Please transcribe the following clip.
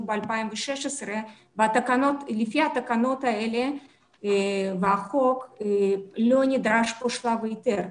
ב-2016 ולפי התקנות האלה והחוק לא נדרש פה שלב היתר.